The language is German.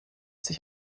sich